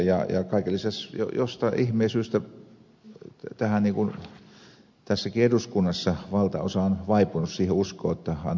ja kaiken lisäksi jostain ihmeen syystä tässäkin eduskunnassa valtaosa on vaipunut siihen uskoon jotta antaa mennä